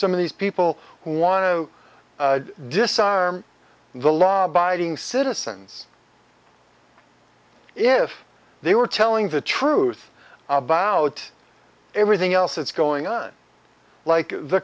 some of these people who want to disarm the law abiding citizens if they were telling the truth about everything else that's going on like the